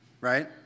right